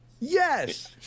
Yes